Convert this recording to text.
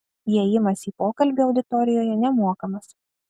įėjimas į pokalbį auditorijoje nemokamas